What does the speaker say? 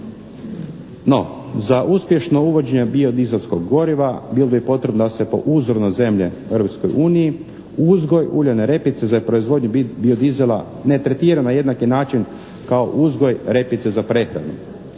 No, za uspješno uvođenje bio dizelskog goriva bilo bi potrebno da se po uzoru na zemlje u Europskoj uniji uzgoj uljane repice za proizvodnju biodizela ne tretira na jednaki način kao uzgoj repice za prehranu.